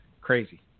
crazy